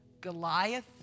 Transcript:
Goliath